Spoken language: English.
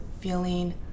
feeling